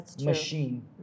machine